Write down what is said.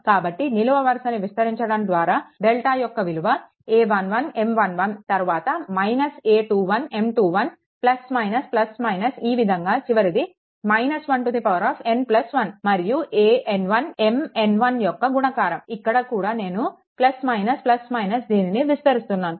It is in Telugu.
కాబట్టి నిలువు వరుసని విస్తరించడం ద్వారా డెల్టా యొక్క విలువ a11M11 తరువాత - a21M21 ఈ విధంగా చివరిది 1n1 మరియు an1 Mn1 యొక్క గుణకారం ఇక్కడ కూడా నేను దీనిని వివరిస్తున్నాను